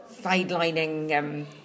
sidelining